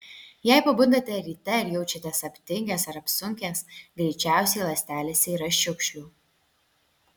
jei pabundate ryte ir jaučiatės aptingęs ar apsunkęs greičiausiai ląstelėse yra šiukšlių